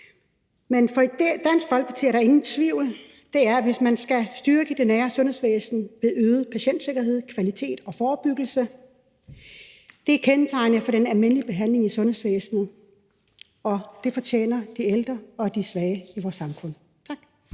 Men for Dansk Folkeparti er der ingen tvivl: Hvis man skal styrke det nære sundhedsvæsen, er øget patientsikkerhed, kvalitet og forebyggelse kendetegnende for den almindelige behandling i sundhedsvæsenet, og det fortjener de ældre og de svage i vores samfund. Tak.